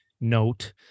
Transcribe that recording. note